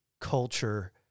culture